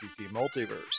Multiverse